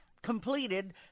Completed